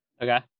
Okay